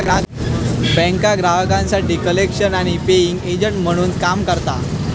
बँका ग्राहकांसाठी कलेक्शन आणि पेइंग एजंट म्हणून काम करता